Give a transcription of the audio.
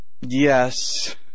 yes